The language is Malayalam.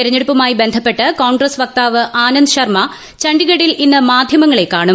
തെരഞ്ഞെടുപ്പുമായി ബന്ധപ്പെട്ട് കോൺഗ്രസ് വക്താവ് ആനന്ദ് ശർമ ചണ്ഡിഗഡിൽ ഇന്ന് മാധ്യമങ്ങളെ കാണും